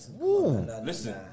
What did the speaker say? Listen